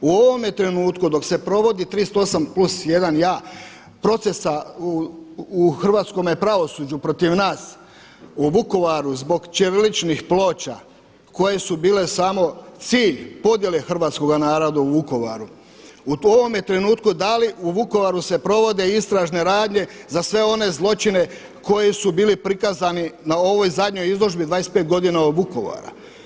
U ovome trenutku dok se provodi 38 plus 1 ja procesa u hrvatskome pravosuđu protiv nas u Vukovaru zbog ćiriličnih ploča koje su bile samo cilj podjele hrvatskoga naroda u Vukovaru u ovome trenutku dali u Vukovaru se provode istražne radnje za sve one zločine koji su bili prikazani na ovoj zadnjoj izložbi 25 godina od Vukovara.